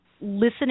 listening